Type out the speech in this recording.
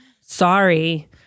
Sorry